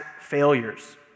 failures